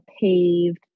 paved